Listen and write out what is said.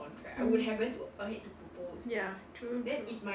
mm ya true true